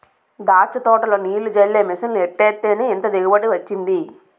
దాచ్చ తోటలో నీల్లు జల్లే మిసన్లు ఎట్టేత్తేనే ఇంత దిగుబడి వొచ్చింది